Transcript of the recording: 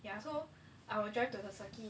y